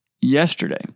yesterday